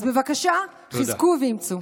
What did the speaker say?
אז בבקשה, חזקו ואמצו.